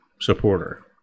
supporter